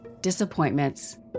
disappointments